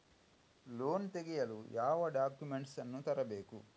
Loan ತೆಗೆಯಲು ಯಾವ documents ಅನ್ನು ತರಬೇಕು?